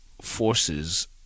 forces